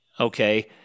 Okay